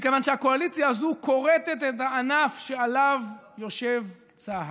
מכיוון שהקואליציה הזו כורתת את הענף שעליו יושב צה"ל.